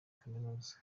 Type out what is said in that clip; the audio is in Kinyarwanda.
kaminuza